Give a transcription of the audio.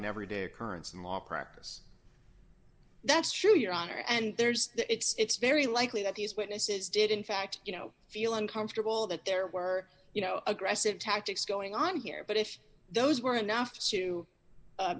an everyday occurrence in law practice that's true your honor and there's the it's very likely that these witnesses did in fact you know feel uncomfortable that there were you know aggressive tactics going on here but if those were enough to